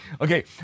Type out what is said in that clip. Okay